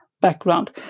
background